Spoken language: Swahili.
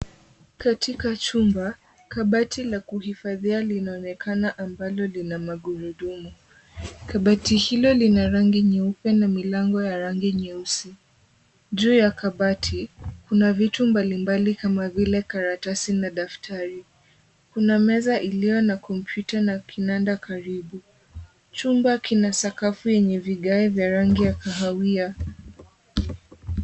Katika chumba, kabati la kuhifadhia linaonekana ambalo lina magururdumu. Kabati hilo lina rangi nyeupe na milango ya rangi nyeusi. Juu ya kabati, kuna vitu mbalimbali kama vile karatasi na daftari. Kuna meza iliyo na kompyuta na kinanda karibu. Chumba kina sakafu yenye vigae vya rangi ya kahawia.